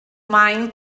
maen